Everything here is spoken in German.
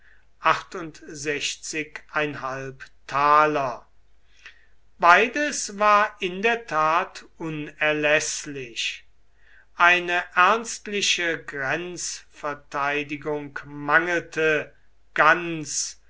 beides war in der tat unerläßlich eine ernstliche grenzverteidigung mangelte ganz